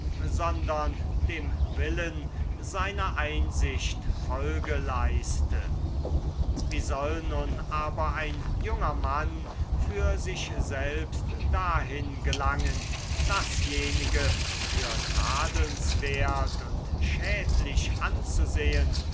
sondern dem willen seiner einsicht folge leiste wie soll nun aber ein junger mann für sich selbst dahin gelangen dasjenige für tadelnswert und schädlich anzusehen